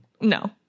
No